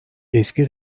eski